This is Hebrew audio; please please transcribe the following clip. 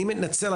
אני מתנצל,